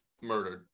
Murdered